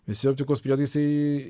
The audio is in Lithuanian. visi optikos prietaisai